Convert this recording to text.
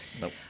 Nope